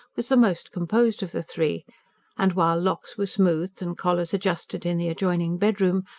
was the most composed of the three and while locks were smoothed and collars adjusted in the adjoining bedroom,